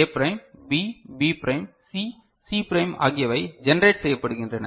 A prime B B prime C C prime ஆகியவை generate செய்யப்படுகின்றன